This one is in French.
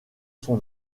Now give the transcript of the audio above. son